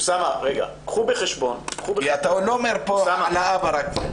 כי אתה לא אומר פה רק על האבא.